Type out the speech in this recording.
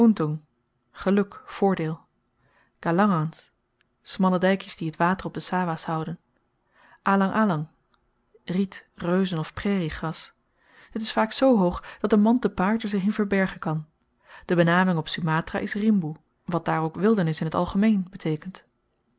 voordeel galangans smalle dykjes die t water op de sawahs houden allang allang riet reuzen of prairie gras het is vaak zoo hoog dat n man te paard er zich in verbergen kan de benaming op sumatra is riemboe wat daar ook wildernis in t algemeen beteekent